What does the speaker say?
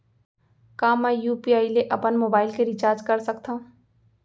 का मैं यू.पी.आई ले अपन मोबाइल के रिचार्ज कर सकथव?